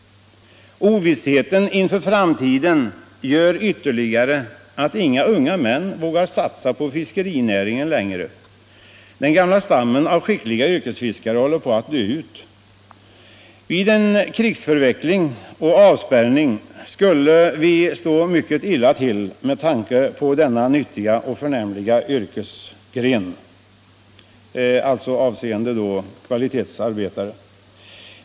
Ovissheten inför framtiden gör ytterligare att inga unga män vågar satsa på fiskerinäringen längre. Den gamla stammen av skickliga yrkesfiskare håller på att dö ut. Vid krig eller avspärrning skulle denna nyttiga och förnämliga yrkesgren ligga mycket illa till.